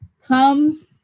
comes